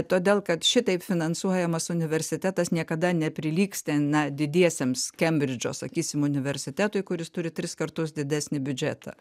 todėl kad šitaip finansuojamas universitetas niekada neprilygs ten na didiesiems kembridžo sakysim universitetui kuris turi tris kartus didesnį biudžetą